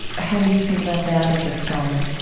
how do you think about that as a scholar?